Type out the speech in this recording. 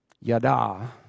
Yada